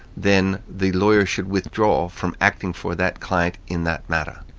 then the lawyer should withdraw from acting for that client in that matter.